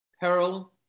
peril